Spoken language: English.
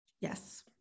Yes